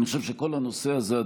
אני חושב שכל הנושא הזה,